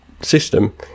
system